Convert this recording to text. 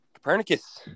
Copernicus